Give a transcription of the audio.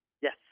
Yes